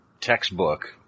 textbook